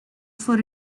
for